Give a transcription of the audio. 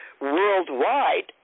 worldwide